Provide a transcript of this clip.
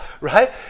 right